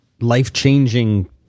life-changing